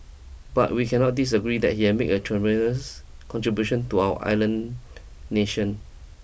but we cannot disagree that he had made a tremendous contribution to our island nation